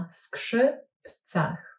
skrzypcach